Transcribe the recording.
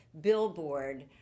billboard